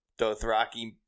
Dothraki